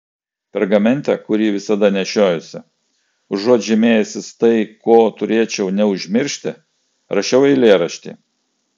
pergamente kurį visada nešiojuosi užuot žymėjęsis tai ko turėčiau neužmiršti rašiau eilėraštį